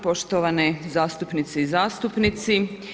Poštovani zastupnice i zastupnici.